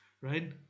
right